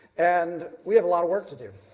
and we have a lot of work to do.